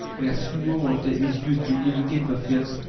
where sewer water is used to irrigate the fields,